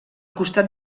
costat